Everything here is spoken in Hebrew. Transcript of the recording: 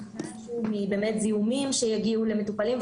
החשש הוא מזיהומים שיגיעו למטופלים.